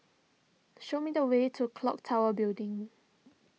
show me the way to Clock Tower Building